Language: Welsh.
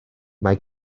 mae